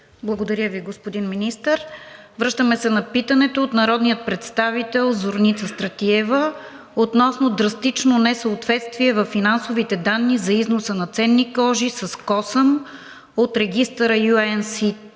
Благодаря Ви, господин Заместник министър-председател. Връщаме се на питането от народния представител Зорница Стратиева относно драстично несъответствие във финансовите данни за износа на ценни кожи с косъм от регистъра UNCTAD